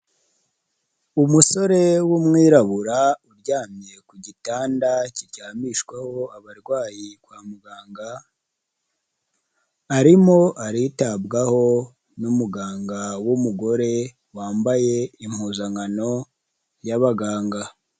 Umusore w'umwirabura uryamye ku gitanda kiryamishwaho abarwayi kwa muganga, arimo aritabwaho n'umuganga w'umugore, wambaye impuzankano y'abaganga.